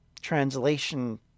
translation